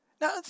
Now